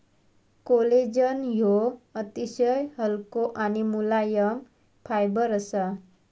collagen ह्यो अतिशय हलको आणि मुलायम फायबर असा